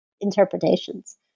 interpretations